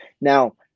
Now